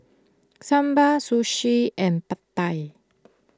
Sambar Sashimi and Pad Thai